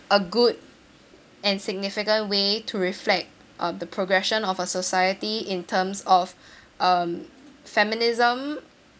a good and significant way to reflect uh the progression of a society in terms of um feminism